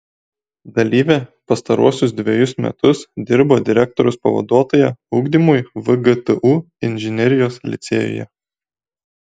dalyvė pastaruosius dvejus metus dirbo direktoriaus pavaduotoja ugdymui vgtu inžinerijos licėjuje